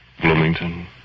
Bloomington